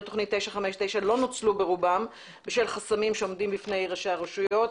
תוכנית 959 לא נוצלו ברובם בשל חסמים שעומדים בפני ראשי הרשויות.